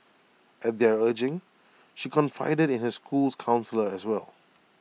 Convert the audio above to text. at their urging she confided in her school's counsellor as well